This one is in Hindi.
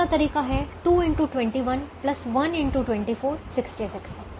दूसरा तरीका है 66 है